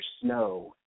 snow